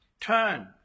Turn